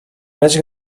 més